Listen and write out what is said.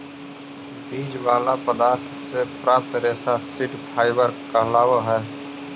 बीज वाला पदार्थ से प्राप्त रेशा सीड फाइबर कहलावऽ हई